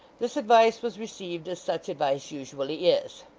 this advice was received as such advice usually is.